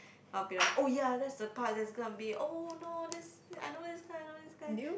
I'll be like oh ya that's the part that's gonna be oh no this I know this guy I know this guy